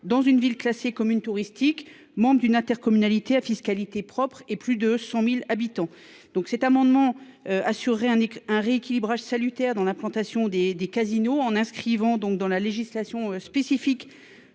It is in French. dans une ville classée commune touristique. Membre d'une intercommunalité à fiscalité propre et plus de 100.000 habitants. Donc cet amendement. Indique un rééquilibrage salutaire dans l'implantation des des casinos en inscrivant donc dans la législation spécifique.